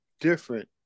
different